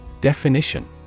Definition